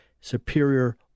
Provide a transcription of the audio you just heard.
superior